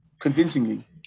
convincingly